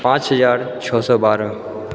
पाँच हजार छओ सए बारह